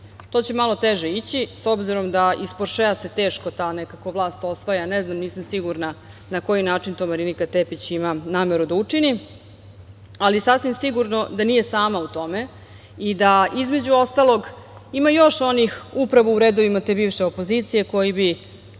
To će malo teže ići, s obzirom da iz poršea se teško ta vlast osvaja, ne znam, nisam sigurna na koji način to Marinika Tepić ima nameru da učini. Ali, sasvim je sigurno da nije sama u tome i da, između ostalog, ima još onih upravo u redovima te bivše opozicije koji bi